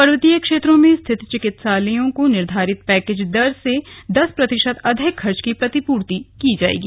पर्वतीय क्षेत्रों में स्थित चिकित्सालयों को निर्धारित पैकेज दर से दस प्रतिशत अधिक खर्च की प्रतिपूर्ति की जाएगी